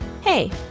Hey